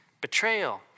betrayal